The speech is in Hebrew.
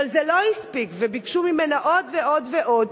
אבל זה לא הספיק וביקשו ממנה עוד ועוד ועוד,